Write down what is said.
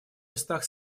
местах